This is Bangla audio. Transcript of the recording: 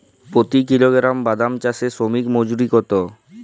প্রতি কিলোগ্রাম বাদাম চাষে শ্রমিক মজুরি কত?